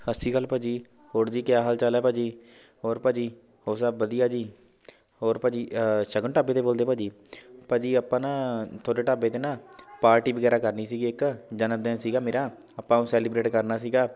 ਸਤਿ ਸ਼੍ਰੀ ਅਕਾਲ ਭਾਅ ਜੀ ਹੋਰ ਜੀ ਕਿਆ ਹਾਲ ਚਾਲ ਹੈ ਭਾਅ ਜੀ ਹੋਰ ਭਾਅ ਜੀ ਹੋਰ ਸਭ ਵਧੀਆ ਜੀ ਹੋਰ ਭਾਅ ਜੀ ਸ਼ਗਨ ਢਾਬੇ ਤੋਂ ਬੋਲਦੇ ਭਾਅ ਜੀ ਭਾਅ ਜੀ ਆਪਾਂ ਨਾ ਤੁਹਾਡੇ ਢਾਬੇ 'ਤੇ ਨਾ ਪਾਰਟੀ ਵਗੈਰਾ ਕਰਨੀ ਸੀਗੀ ਇੱਕ ਜਨਮ ਦਿਨ ਸੀਗਾ ਮੇਰਾ ਆਪਾਂ ਉਹ ਸੈਲੀਬ੍ਰੇਟ ਕਰਨਾ ਸੀਗਾ